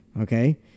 Okay